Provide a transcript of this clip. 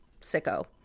sicko